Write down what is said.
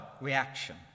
reaction